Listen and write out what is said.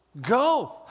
go